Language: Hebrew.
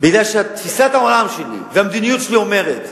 משום שתפיסת העולם שלי והמדיניות שלי אומרת: